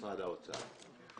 משרד האוצר.